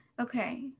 Okay